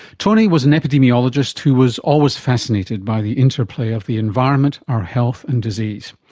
tony was an epidemiologist who was always fascinated by the interplay of the environment, our health and disease.